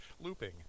looping